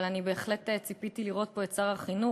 אבל אני בהחלט ציפיתי לראות פה את שר החינוך.